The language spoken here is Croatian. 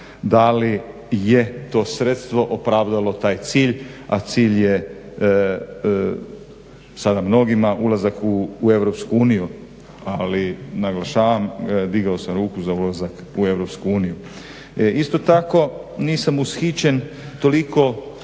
da li je to sredstvo opravdalo taj cilj, a cilj je sada mnogima ulazak u Europsku uniju. Ali naglašavam, digao sam ruku za ulazak u Europsku uniju. Isto tako nisam ushićen toliko,